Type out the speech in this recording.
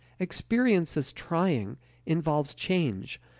experience as trying involves change,